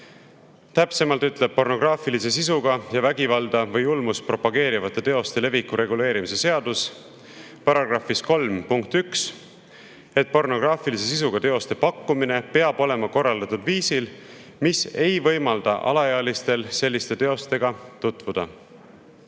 Täpsemalt ütleb pornograafilise sisuga ja vägivalda või julmust propageerivate teoste leviku reguleerimise seaduse § 3 punkt 1, et pornograafilise sisuga teoste pakkumine peab olema korraldatud viisil, mis ei võimalda alaealistel selliste teostega tutvuda.